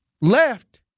left